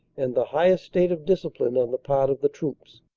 and the highest state of discipline on the part of the troops.